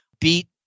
beat